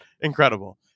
Incredible